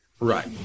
Right